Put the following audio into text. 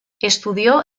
estudió